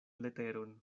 leteron